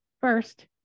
first